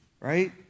Right